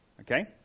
okay